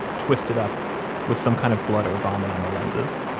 twisted up with some kind of blood or vomit on the lenses.